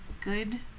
good